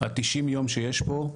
ה-90 יום שיש פה.